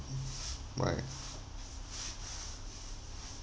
right